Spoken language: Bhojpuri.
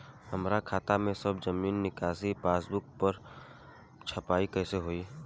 हमार खाता के सब जमा निकासी पासबुक पर छपाई कैसे होई?